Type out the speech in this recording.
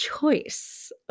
choice